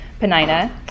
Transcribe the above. Penina